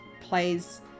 plays